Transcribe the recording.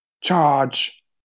charge